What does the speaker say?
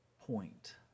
point